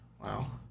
Wow